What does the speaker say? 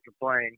complain